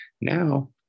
now